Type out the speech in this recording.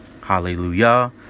hallelujah